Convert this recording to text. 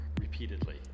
repeatedly